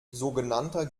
sogenannter